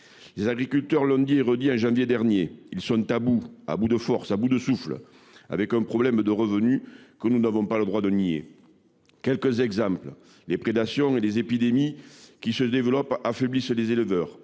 Les agriculteurs l’ont dit et redit en janvier dernier : ils sont à bout de forces, à bout de souffle ! Ils souffrent de problèmes de revenus que nous n’avons pas le droit de nier. Je citerai quelques exemples : les prédations et les épidémies qui se développent affaiblissent les éleveurs